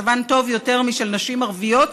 מצבן טוב יותר משל נשים ערביות,